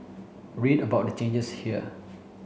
read about the changes here